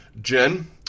Jen